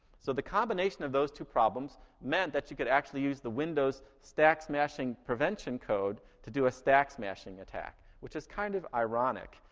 so the combination of those two problems meant that you could actually use the windows stack smashing prevention code to do a stack smashing attack, which is kind of ironic.